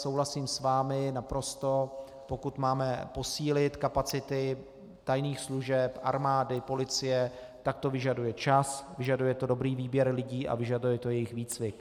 Souhlasím s vámi naprosto, pokud máme posílit kapacity tajných služeb, armády, policie, tak to vyžaduje čas, vyžaduje to dobrý výběr lidí a vyžaduje to jejich výcvik.